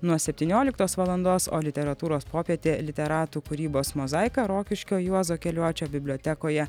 nuo septynioliktos valandos o literatūros popietė literatų kūrybos mozaika rokiškio juozo keliuočio bibliotekoje